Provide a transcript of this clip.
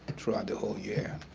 through out the whole year.